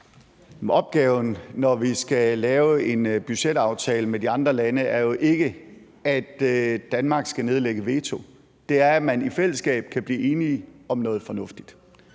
opgaven, når vi skal lave en budgetaftale med de andre lande, er jo ikke, at Danmark skal nedlægge veto; den er, at man i fællesskab kan blive enige om noget fornuftigt.